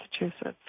Massachusetts